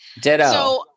Ditto